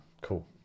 cool